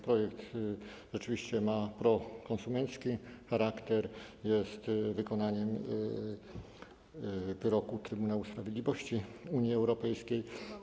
Projekt rzeczywiście ma prokonsumencki charakter, jest wykonaniem wyroku Trybunału Sprawiedliwości Unii Europejskiej.